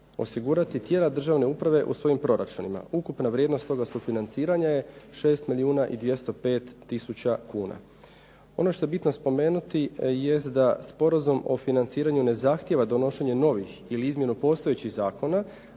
osigurati tijela državne uprave u svojim proračunima. Ukupna vrijednost toga sufinanciranja je 6 milijuna i 205 tisuća kuna. Ono što je bitno spomenuti jest da sporazum o financiranju ne zahtjeva donošenje novih ili izmjenu postojećih zakona